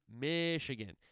Michigan